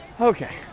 Okay